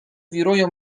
wirują